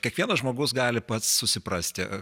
kiekvienas žmogus gali pats susiprasti